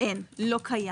- לא קיים.